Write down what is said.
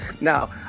now